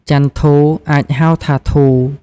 ចន្ទធូ” អាចហៅថា “ធូ”។